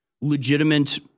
legitimate